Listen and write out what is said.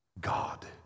God